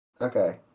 Okay